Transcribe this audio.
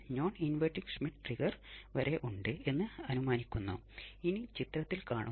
അതിനാൽ എന്റെ ഫീഡ്ബാക്ക് സിഗ്നലും 0 ഡിഗ്രി ആയിരിക്കും ഇത് നമ്മൾ കണ്ടു